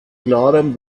klarem